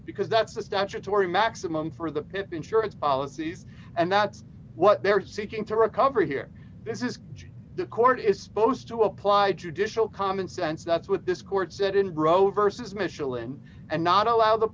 because that's a statutory maximum for the pip insurance policies and that's what they're seeking to recover here this is the court is supposed to apply judicial common sense that's what this court said in breaux versus michelin and not allow the